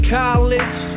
college